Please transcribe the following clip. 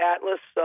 Atlas